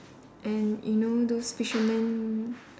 and you know those fisherman